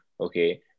Okay